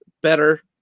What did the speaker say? better